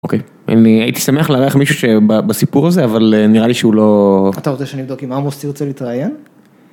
אוקיי, אני הייתי שמח לארח מישהו שבסיפור הזה, אבל נראה לי שהוא לא... - אתה רוצה שאני אבדוק אם עמוס תרצה להתראיין?